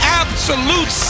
absolute